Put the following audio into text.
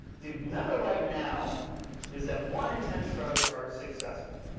the number right now is that one in ten startups are successful.